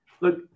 Look